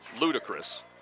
ludicrous